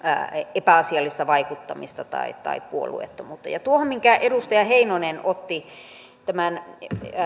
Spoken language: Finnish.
epäasiallista vaikuttamista tai tai puolueellisuutta tuohon asiaan minkä edustaja heinonen otti tämän